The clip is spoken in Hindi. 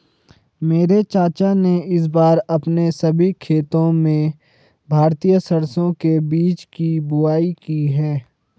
मेरे चाचा ने इस बार अपने सभी खेतों में भारतीय सरसों के बीज की बुवाई की है